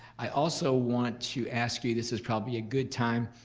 i also want to ask you, this is probably a good time,